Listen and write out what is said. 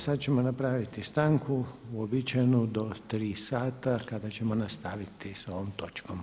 Sada ćemo napraviti stanku uobičajenu do tri sata kada ćemo nastaviti sa ovom točkom.